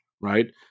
right